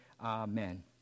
amen